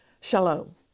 Shalom